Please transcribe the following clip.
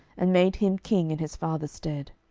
and made him king in his father's stead.